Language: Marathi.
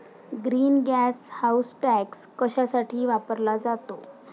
ग्रीन गॅस हाऊस टॅक्स कशासाठी वापरला जातो?